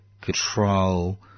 control